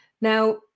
Now